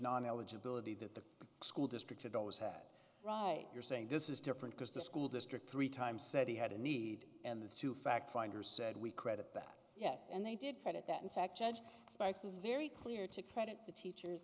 non eligibility that the school district had always had right you're saying this is different because the school district three times said he had a need and the two factfinder said we credit that yes and they did credit that in fact judge spice is very clear to credit the teachers